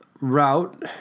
route